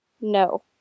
No